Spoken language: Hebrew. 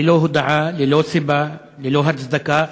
ללא הודעה, ללא סיבה, ללא הצדקה.